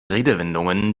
redewendungen